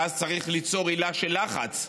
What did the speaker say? ואז צריך ליצור עילה של לחץ,